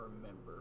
remember